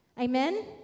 Amen